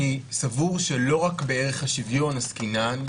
אני סבור שלא רק בערך השוויון עסקינן,